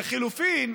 לחלופין,